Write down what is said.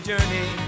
journey